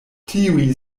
tiuj